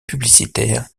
publicitaires